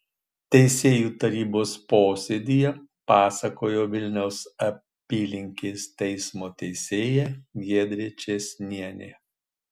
teisėjų tarybos posėdyje pasakojo vilniaus apylinkės teismo teisėja giedrė čėsnienė